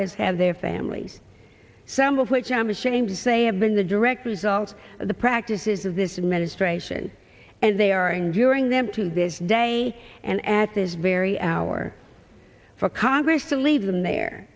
as have their families some of which i am ashamed to say have been the direct result of the practices of this administration they are enduring them to this day and at this very hour for congress to leave them the